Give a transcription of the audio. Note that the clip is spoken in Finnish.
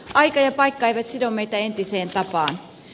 aika ja paikka eivät sido meitä entiseen tapaan